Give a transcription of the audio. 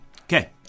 okay